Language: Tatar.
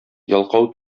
ялкау